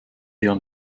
eher